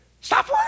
Stop